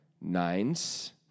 Nines